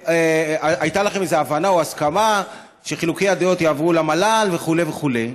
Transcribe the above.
הייתה לכם איזו הבנה או הסכמה שחילוקי הדעות יעברו למל"ל וכו' וכו'.